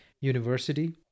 University